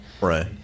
Right